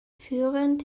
führend